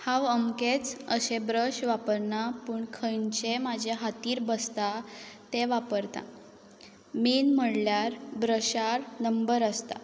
हांव अमकेच अशे ब्रश वापरना पूण खंयंचे म्हजे हातीन बसता ते वापरता मेन म्हळ्ळ्यार ब्रशार नंबर आसता